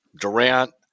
Durant